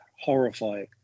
horrifying